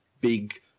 big